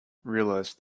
realized